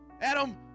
Adam